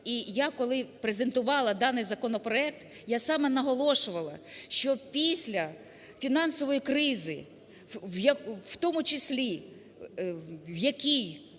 І я, коли презентувала даний законопроект, я саме наголошувала, що після фінансової кризи, в тому